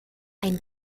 ein